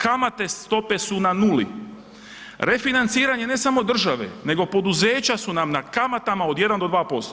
Kamatne stope su na nuli, refinanciranje ne samo države, nego poduzeća su nam na kamatama od 1 do 2%